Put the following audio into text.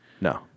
No